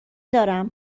دارم